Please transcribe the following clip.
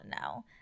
now